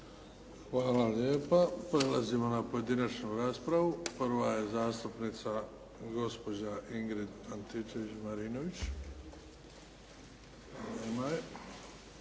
Hvala lijepa. Prelazimo na pojedinačnu raspravu. Prva je zastupnica gospođa Ingrid Antičević Marinović.